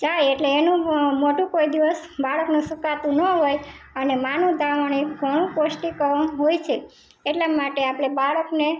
જાય એટલે એનું મોઢું કોઈ દિવસ બાળકનું સુકાતું ન હોય અને માનું ધાવણ એ ઘણું પૌષ્ટિક હોય છે એટલા માટે આપણે બાળકને